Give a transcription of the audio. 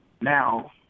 Now